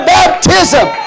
baptism